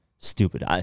Stupid